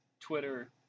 twitter